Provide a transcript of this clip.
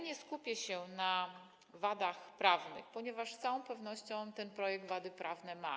Nie skupię się na wadach prawnych, ponieważ z całą pewnością ten projekt wady prawne ma.